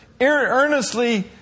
Earnestly